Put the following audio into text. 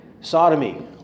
sodomy